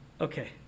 okay